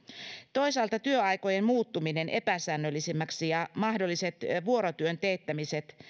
toisaalta työaikojen muuttuminen epäsäännöllisemmäksi ja mahdollisuudet vuorotyön teettämiseen